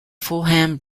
fulham